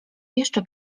jeszcze